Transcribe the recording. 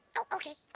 oh okay.